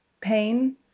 pain